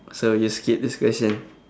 so you skip this question